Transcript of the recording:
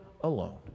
alone